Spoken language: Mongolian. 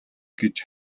гэж